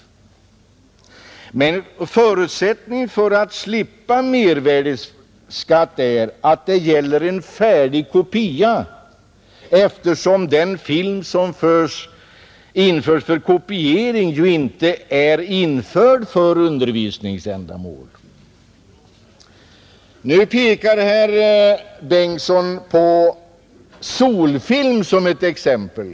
taxeringsförord Förutsättningen för att slippa mervärdeskatten är dock att det gäller en ningen, m.m. färdig kopia, eftersom den film som förs in för kopiering ju inte är införd för undervisningsändamål. Här anförde nu herr Bengtson företaget Sol-Film som exempel.